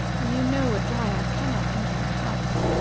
and you know a dryad cannot enter a house.